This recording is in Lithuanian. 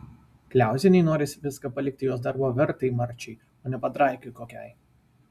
kliauzienei norisi viską palikti jos darbo vertai marčiai o ne padraikai kokiai